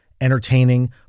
entertaining